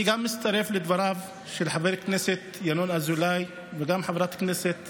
אני מצטרף גם לדבריו של חבר הכנסת ינון אזולאי וגם לדבריה של חברת הכנסת